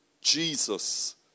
Jesus